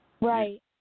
Right